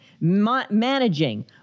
managing